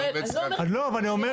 אני שואלת, אני לא אומרת.